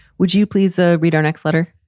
would you please ah read our next letter?